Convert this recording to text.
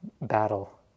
battle